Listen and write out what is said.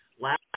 Last